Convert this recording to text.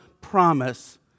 promise